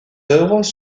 œuvres